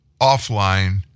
offline